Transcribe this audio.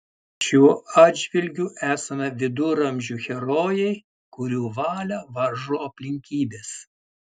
šiuo atžvilgiu esame viduramžių herojai kurių valią varžo aplinkybės